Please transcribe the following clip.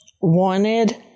Wanted